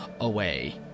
away